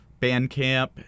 Bandcamp